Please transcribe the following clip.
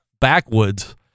backwoods